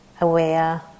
aware